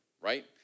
right